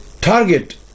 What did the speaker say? target